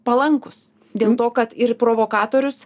palankūs dėl to kad ir provokatorius